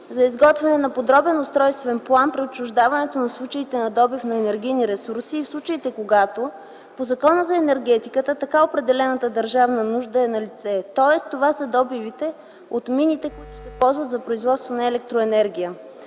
за изготвяне на подробен устройствен план при отчуждаването за случаите на добив на енергийни ресурси и в случаите, когато по Закона за енергетиката така определената държавна нужда е налице, тоест това са добивите от мините, които се ползват за производство на електроенергия.